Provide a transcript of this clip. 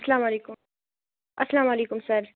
اسلامُ علیکم اسلامُ علیکم سَر